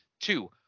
Two